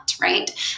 right